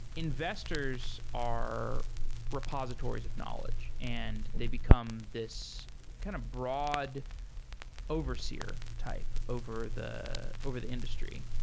investors are repositories of knowledge and they become this kind of broad overseer type over the over the industry.